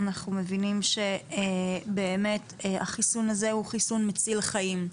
אנחנו מבינים שבאמת החיסון הזה הוא חיסון מציל חיים,